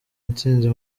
intsinzi